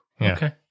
Okay